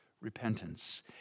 Repentance